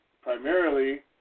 primarily